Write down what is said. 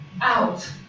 out